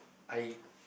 I